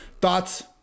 thoughts